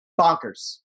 bonkers